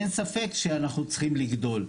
אין ספק שאנחנו צריכים לגדול.